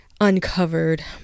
uncovered